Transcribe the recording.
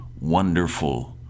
wonderful